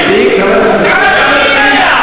מספיק, חבר הכנסת גפני.